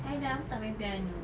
I dah lama tak main piano